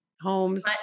homes